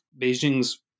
Beijing's